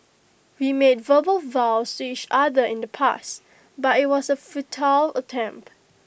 we made verbal vows to each other in the past but IT was A futile attempt